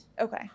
Okay